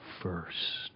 first